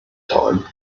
time